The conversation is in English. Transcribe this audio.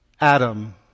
Adam